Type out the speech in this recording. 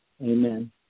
Amen